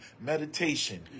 meditation